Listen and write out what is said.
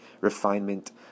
refinement